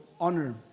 honor